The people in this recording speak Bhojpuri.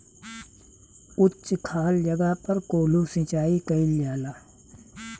उच्च खाल जगह पर कोल्हू सिचाई कइल जाला